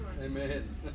Amen